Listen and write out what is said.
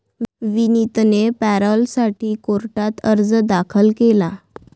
विनीतने पॅरोलसाठी कोर्टात अर्ज दाखल केला